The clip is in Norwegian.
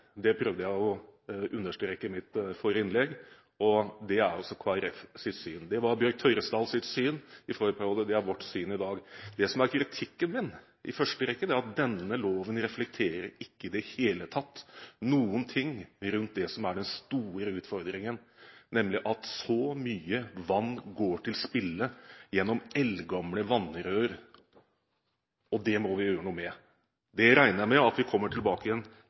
det prøvde jeg å understreke i mitt forrige innlegg. Det er også Kristelig Folkepartis syn. Det var Bjørg Tørresdals syn i forrige periode, og det er vårt syn i dag. Det som i første rekke er kritikken min, er at denne loven ikke i det hele tatt reflekterer noe av det som er den store utfordringen, nemlig at så mye vann går til spille gjennom eldgamle vannrør. Det må vi gjøre noe med. Det regner jeg med at vi kommer tilbake